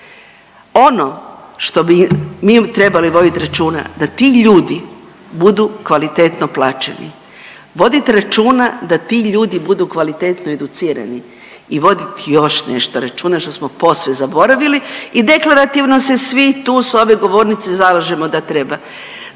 Ono što bi mi trebali vodit računa, da ti ljudi budu kvalitetno plaćeni. Voditi računa da ti ljudi budu kvalitetno educirani i voditi još nešto računa, što smo posve zaboravili i deklarativno se svi tu s ove govornice zalažemo da treba,